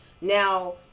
Now